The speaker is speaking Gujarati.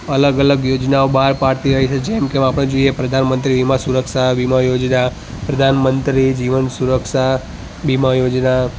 અલગ અલગ યોજનાઓ બહાર પાડતી રહે છે જેમ કે હવે આપણે જોઈએ પ્રધાનમંત્રી વીમા સુરક્ષા વીમા યોજના પ્રધાનમંત્રી જીવન સુરક્ષા વીમા યોજના